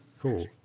Cool